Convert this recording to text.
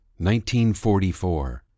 1944